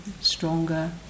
stronger